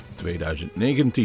2019